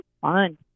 fun